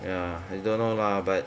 ya I don't know lah but